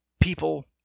people